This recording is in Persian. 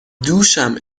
دوشم